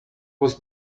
was